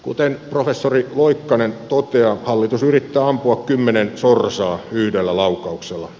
kuten professori loikkanen toteaa hallitus yrittää ampua kymmenen sorsaa yhdellä laukauksella